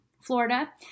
Florida